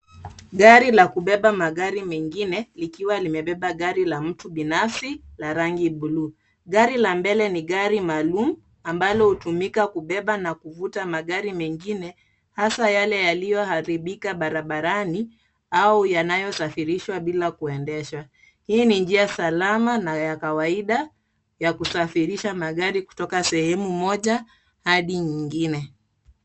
Gari la kubeba magari mengine likiwa limebeba gari la mtu binafsi la rangi bluu, gari la mbele ni gari maalum ambalo hutumika kubeba na kuvuta magari mengine, hasa yale yaliyoharibika barani, au yanayosafirishwa bila kuendesha. Hii ni njia salama na ya kawaida ya kusafirisha magari kutoka sehemu moja hadi nyingine